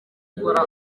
gukora